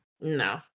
No